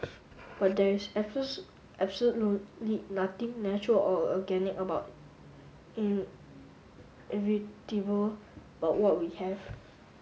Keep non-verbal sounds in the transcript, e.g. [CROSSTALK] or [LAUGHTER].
but there is [UNINTELLIGIBLE] absolutely nothing natural or organic about and [UNINTELLIGIBLE] but what we have